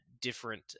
different